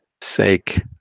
sake